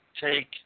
take